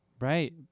Right